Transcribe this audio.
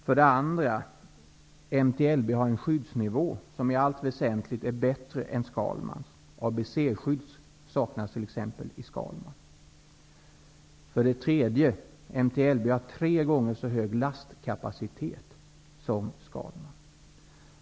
För det andra: MT-LB har en skyddsnivå som i allt väsentligt är bättre än Skalmans. ABC-skydd saknas exempelvis i Skalman. För det tredje: MT-LB har tre gånger så hög lastkapacitet som Skalman.